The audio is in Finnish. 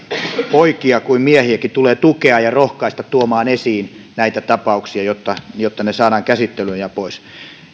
poikia kuin miehiäkin tulee tukea ja rohkaista tuomaan esiin näitä tapauksia jotta jotta ne saadaan käsittelyyn ja pois